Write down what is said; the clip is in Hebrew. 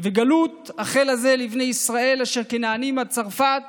"וגלֻת החל הזה לבני ישראל אשר כנענים עד צרפת